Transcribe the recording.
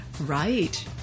Right